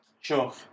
Sure